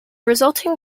resulting